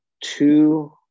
two